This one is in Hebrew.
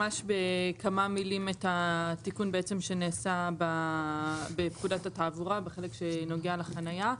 ממש בכמה מילים את התיקון בעצם שנעשה בפקודת התעבורה בחלק שנוגע לחנייה.